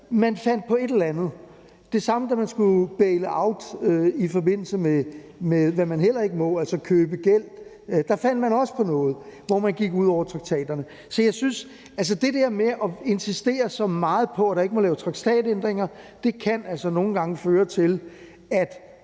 man fandt på et eller andet. Det samme gjaldt, da man skulle baile out, i forbindelse med hvad man heller ikke må, altså købe gæld. Der fandt man også på noget, hvor man gik ud over traktaterne. Så jeg synes, at det der med at insistere så meget på, at der ikke må laves traktatændringer, altså nogle gange kan føre til, at